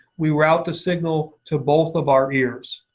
we route the signal to both of our ears.